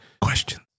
Question